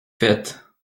faites